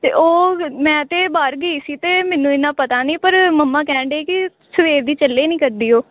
ਅਤੇ ਉਹ ਮੈਂ ਤਾਂ ਬਾਹਰ ਗਈ ਸੀ ਅਤੇ ਮੈਨੂੰ ਇੰਨਾ ਪਤਾ ਨਹੀਂ ਪਰ ਮੰਮਾਂ ਕਹਿਣ ਡਏ ਕਿ ਸਵੇਰ ਦੀ ਚੱਲੇ ਨਹੀਂ ਕਰਦੀ ਉਹ